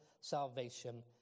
salvation